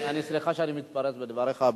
סליחה שאני מתפרץ לדבריך.